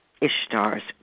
Ishtar's